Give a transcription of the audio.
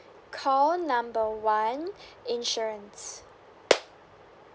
call number one insurance